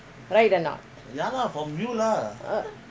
right or not